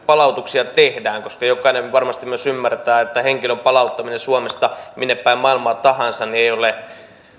näitä palautuksia tehdään koska jokainen varmasti myös ymmärtää että henkilön palauttaminen suomesta minnepäin maailmaa tahansa ei ole